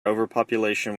overpopulation